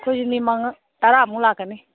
ꯑꯩꯈꯣꯏꯁꯨ ꯃꯤ ꯇꯔꯥꯃꯨꯛ ꯂꯥꯛꯀꯅꯤ